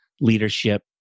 leadership